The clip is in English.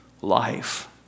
life